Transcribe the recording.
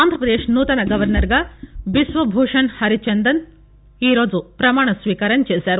ఆంధ్రప్రదేశ్ నూతన గవర్నర్గా బిశ్వ భూషణ్ హరిచందన్ ఈ రోజు ప్రమాణస్వీకారం చేశారు